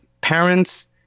parents